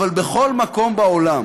אבל בכל מקום בעולם